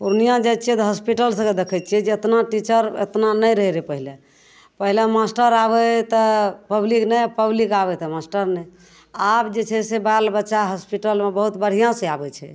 पूर्णियाँ जाइ छियै तऽ हॉस्पिटल सब जे देखय छियै जेतना टीचर एतना नहि रहय रहय रऽ पहिले पहिले मास्टर आबय तऽ पब्लिक नहि पब्लिक आबय तऽ मास्टर नहि आब जे छै से बाल बच्चा हॉस्पिटलमे बहुत बढ़िआँसँ आबय छै